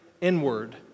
inward